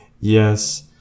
Yes